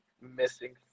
missing